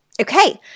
Okay